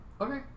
Okay